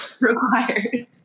required